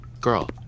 Girl